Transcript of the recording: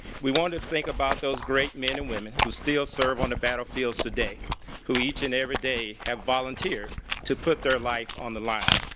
we want to think about those great men and women who still serve on the battlefields today who each and every day have volunteered to put their life on the line.